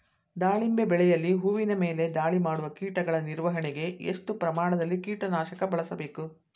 ದಾಳಿಂಬೆ ಬೆಳೆಯಲ್ಲಿ ಹೂವಿನ ಮೇಲೆ ದಾಳಿ ಮಾಡುವ ಕೀಟಗಳ ನಿರ್ವಹಣೆಗೆ, ಎಷ್ಟು ಪ್ರಮಾಣದಲ್ಲಿ ಕೀಟ ನಾಶಕ ಬಳಸಬೇಕು?